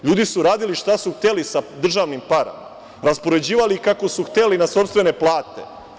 LJudi su radili šta su hteli sa državnim parama, raspoređivali kako su hteli na sopstvene plate.